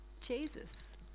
Jesus